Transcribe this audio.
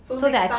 so next time